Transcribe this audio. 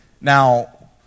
Now